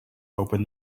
open